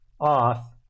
off